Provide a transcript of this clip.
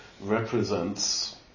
represents